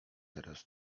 teraz